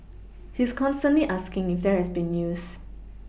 he is constantly asking if there has been news